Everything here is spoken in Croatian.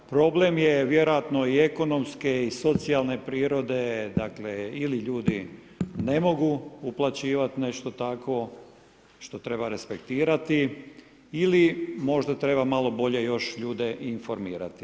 Problem je vjerojatno i ekonomske i socijalne prirode, dakle ili ljudi ne mogu uplaćivati nešto takvo što treba respektirati ili možda treba malo bolje još ljude i informirati.